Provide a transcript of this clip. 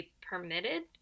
permitted